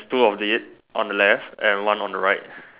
two of it on the left and one on the right